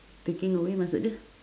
taking away maksud dia